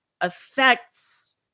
affects